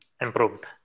improved